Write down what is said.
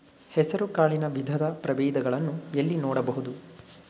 ಹೆಸರು ಕಾಳಿನ ವಿವಿಧ ಪ್ರಭೇದಗಳನ್ನು ಎಲ್ಲಿ ನೋಡಬಹುದು?